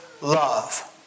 love